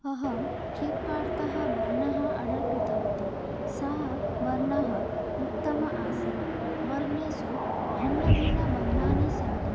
अहं फ्लिप्कार्ट्तः वर्णम् आर्डर् कृतवती सः वर्णः उत्तमः आसीत् वर्णेषु भिन्नभिन्नवर्णानि सन्ति